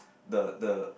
the the